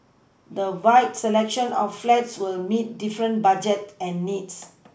the wide selection of flats will meet different budget and needs